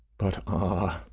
but ah!